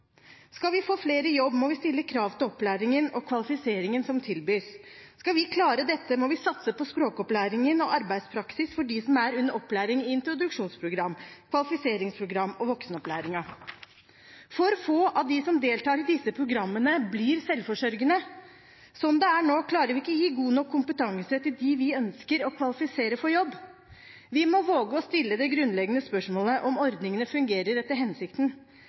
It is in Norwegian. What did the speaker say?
Skal vi få flere i jobb, må vi stille krav til opplæringen og kvalifiseringen som tilbys. Skal vi klare dette, må vi satse på språkopplæring og arbeidspraksis for dem som er under opplæring i introduksjonsprogram, kvalifiseringsprogram og voksenopplæring. For få av dem som deltar i disse programmene, blir selvforsørgende. Slik det er nå, klarer vi ikke å gi god nok kompetanse til dem vi ønsker å kvalifisere for jobb. Vi må våge å stille det grunnleggende spørsmålet om ordningene fungerer etter hensikten.